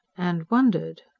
and wondered.